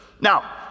Now